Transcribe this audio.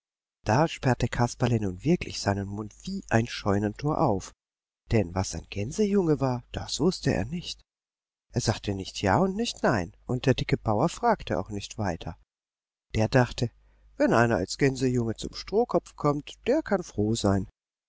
da sperrte kasperle nun wirklich seinen mund wie ein scheunentor auf denn was ein gänsejunge war das wußte er nicht er sagte nicht ja und nicht nein und der dicke bauer fragte auch nicht weiter der dachte wenn einer als gänsejunge zum strohkopf kommt der kann froh sein